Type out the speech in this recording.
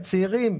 הם צעירים,